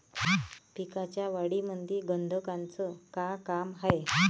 पिकाच्या वाढीमंदी गंधकाचं का काम हाये?